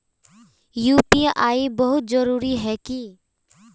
UPI बहुत जरूरी है की?